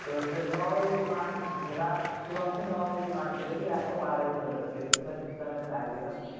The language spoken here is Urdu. تو ایسے نو بجے دکان کھو رات صبح کو نو بجے دکان کھلے گی رات کو بارہ بجے بند ہوتی ہے تو سر سمئے پہ آئیے گا